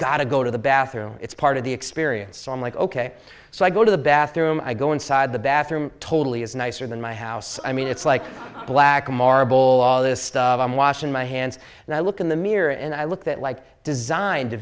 gotta go to the bathroom it's part of the experience on like ok so i go to the bathroom i go inside the bathroom totally is nicer than my house i mean it's like black marble all this stuff i'm washing my hands and i look in the mirror and i look that like designed